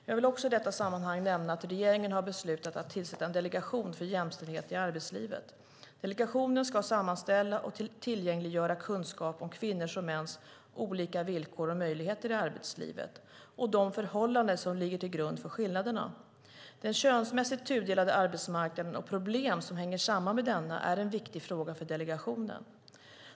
Jag vill också i detta sammanhang nämna att regeringen har beslutat att tillsätta en delegation för jämställdhet i arbetslivet. Delegationen ska sammanställa och tillgängliggöra kunskap om kvinnors och mäns olika villkor och möjligheter i arbetslivet och de förhållanden som ligger till grund för skillnaderna. Den könsmässigt tudelade arbetsmarknaden och problem som hänger samman med denna är en viktig fråga för delegationen.